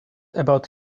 about